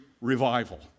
Revival